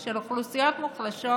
של אוכלוסיות מוחלשות